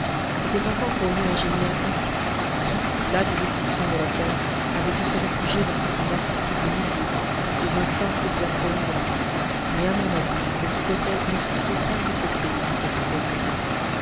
c'était encore pour lui un génie incompris qui las des déceptions de la terre avait dû se réfugier dans cet inaccessible milieu où ses instincts s'exerçaient librement mais à mon avis cette hypothèse n'expliquait qu'un des cotes du capitaine nemo